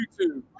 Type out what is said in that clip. YouTube